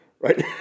right